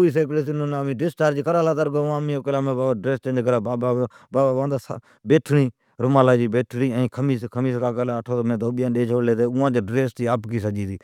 امین بابین ڈسچارج کرائون لین، بابا بانتا سدائین رومالا جی بینٹھڑین ائین خمیس۔ اوان جی ڈریس سجی آپکی ھتی،